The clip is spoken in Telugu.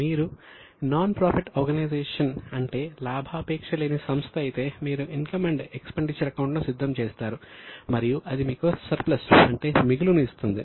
మీరు నాన్ ప్రాఫిట్ ఆర్గనైజేషన్ అంటే మిగులును ఇస్తుంది